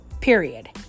period